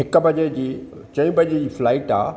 हिक बजे जी चईं बजे जी फ्लाइट आहे